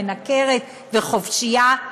מנקרת וחופשייה,